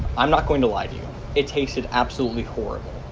i'm not going to lie to you. it tasted absolutely horrible.